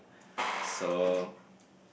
so